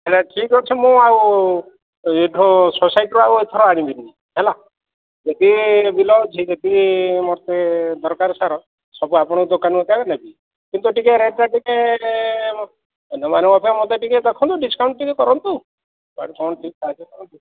ହେଲେ ଠିକ୍ ଅଛି ମୁଁ ଆଉ ଏଠୁ ସୋସାଇଟିରୁ ଆଉ ଏଥର ଆଣିବିନି ହେଲା ଯଦି ବିଲ ଅଛି ଯଦି ମୋତେ ଦରକାର ସାର ସବୁ ଆପଣଙ୍କ ଦୋକାନରୁ ଏକା ନେବି କିନ୍ତୁ ଟିକିଏ ରେଟ୍ଟା ଟିକିଏ ଅନ୍ୟମାନଙ୍କ ଅପେକ୍ଷା ମୋତେ ଟିକିଏ ଦେଖନ୍ତୁ ଡିସ୍କାଉଣ୍ଟ୍ ଟିକିଏ କରନ୍ତୁ କୁଆଡ଼ୁ କ'ଣ ଟିକିଏ ସାହାଯ୍ୟ କରନ୍ତୁ